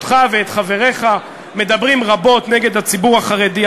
אותך ואת חבריך מדברים רבות נגד הציבור החרדי,